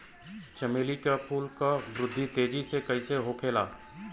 चमेली क फूल क वृद्धि तेजी से कईसे होखेला?